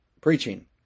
preaching